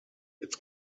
its